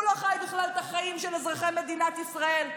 הוא לא חי בכלל את החיים של אזרחי מדינת ישראל.